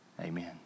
amen